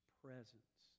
presence